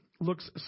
looks